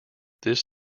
this